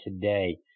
today